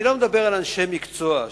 אני לא מדבר על אנשי מקצוע,